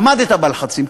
עמדת בלחצים.